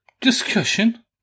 discussion